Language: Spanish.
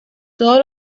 todos